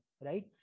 right